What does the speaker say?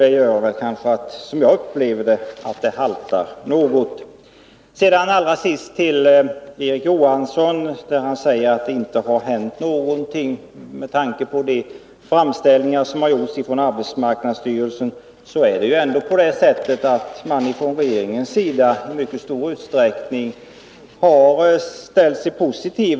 Det gör — som jag upplever situationen — att det haltar något. Erik Johansson säger att det inte har hänt någonting. Med tanke på de framställningar som gjorts från arbetsmarknadsstyrelsen måste jag framhålla att man från regeringens sida faktiskt i mycket stor utsträckning har varit positiv.